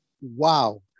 wow